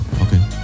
Okay